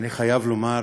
אני חייב לומר